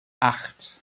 acht